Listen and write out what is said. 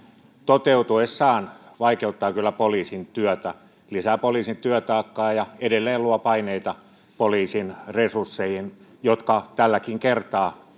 toteutuessaan vaikeuttaa kyllä poliisin työtä lisää poliisin työtaakkaa ja edelleen luo paineita poliisin resursseihin jotka tälläkin kertaa